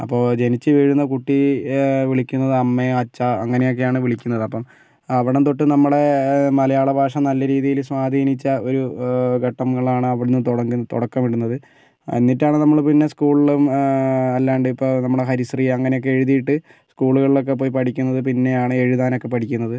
അപ്പോൾ ജനിച്ചു വീഴുന്ന കുട്ടി വിളിക്കുന്നത് അമ്മേ അച്ഛാ അങ്ങനെയൊക്കെയാണ് വിളിക്കുന്നത് അപ്പം അവിടം തൊട്ട് നമ്മുടെ മലയാള ഭാഷ നല്ല രീതിയില് സ്വാധീനിച്ച ഒരു ഘട്ടങ്ങളാണ് അവിടന്ന് തൊ തുടക്കമിടുന്നത് എന്നിട്ടാണ് നമ്മുടെ സ്കൂളിലും അല്ലാണ്ട് ഇപ്പോ നമ്മുടെ ഹരീശ്രീ അങ്ങനെയൊക്കെ എഴുതിയിട്ട് സ്കൂളുകളിൽ ഒക്കെ പോയി പഠിക്കുന്നത് പിന്നെയാണ് എഴുതാനൊക്കെ പഠിക്കുന്നത്